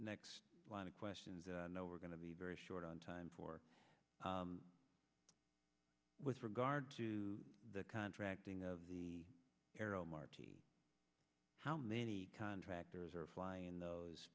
next line of questions no we're going to be very short on time for with regard to the contracting of the aero marti how many contractors are flying those